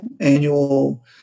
annual